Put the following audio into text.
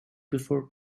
before